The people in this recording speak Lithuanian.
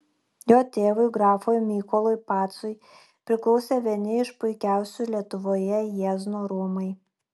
jo tėvui grafui mykolui pacui priklausė vieni iš puikiausių lietuvoje jiezno rūmai